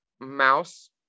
Mouse